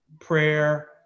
prayer